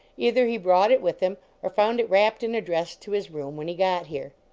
either he brought it with him, or found it wrapped and addressed to his room when he got here.